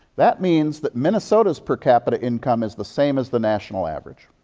that means that minnesota's per capita income is the same as the national average.